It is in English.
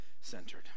centered